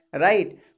right